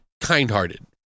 kind-hearted